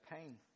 pain